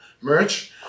merch